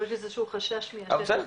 יכול להיות שזה איזה שהוא חשש מ- -- כן,